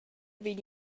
vegn